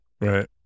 Right